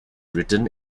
written